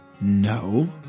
No